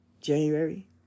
January